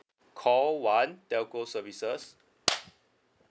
call one telco services